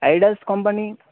Adidas company